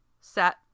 set